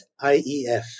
IEF